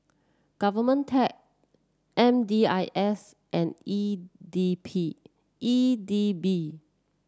Govtech M D I S and E D P E D B